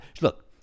Look